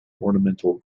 ornamental